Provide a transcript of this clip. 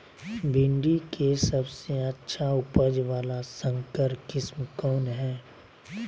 भिंडी के सबसे अच्छा उपज वाला संकर किस्म कौन है?